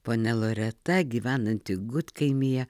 ponia loreta gyvenanti gudkaimyje